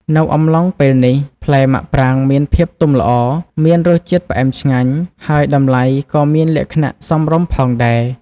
នៅអំឡុងពេលនេះ ផ្លែមាក់ប្រាងមានភាពទុំល្អ មានរសជាតិផ្អែមឆ្ងាញ់ ហើយតម្លៃក៏មានលក្ខណៈសមរម្យផងដែរ។